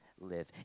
live